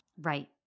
Right